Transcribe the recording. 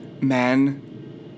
man